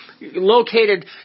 Located